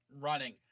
running